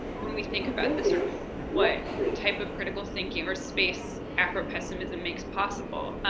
when we think about the sort of what type of critical thinking or space afropessimism makes possible,